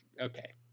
okay